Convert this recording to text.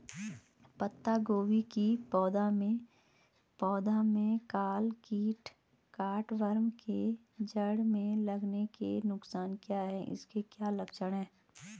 पत्ता गोभी की पौध में काला कीट कट वार्म के जड़ में लगने के नुकसान क्या हैं इसके क्या लक्षण हैं?